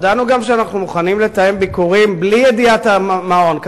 הודענו גם שאנחנו מוכנים לתאם ביקורים בלי ידיעת המעון.